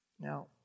Now